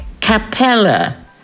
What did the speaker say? Capella